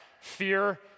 fear